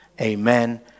amen